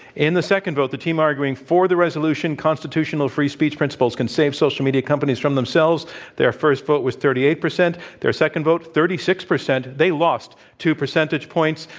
in the second vote, the team arguing for the resolution constitutional free speech principles can save social media companies from themselves their first vote was thirty eight percent, their second vote, thirty six percent. they lost two percentage points.